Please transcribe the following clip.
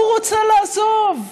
הוא רוצה לעזוב,